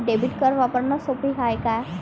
Debit card वापरणं सोप हाय का?